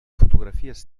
fotografies